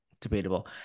Debatable